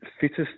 fittest